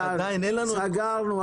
סגרנו .